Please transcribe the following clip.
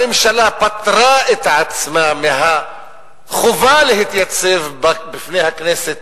הממשלה פטרה את עצמה מהחובה להתייצב בפני הכנסת